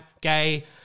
gay